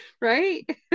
Right